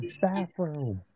bathroom